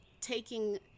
taking